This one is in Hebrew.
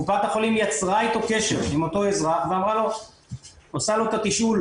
קופת החולים יצרה קשר עם אותו אזרח ועושה לו את התשאול,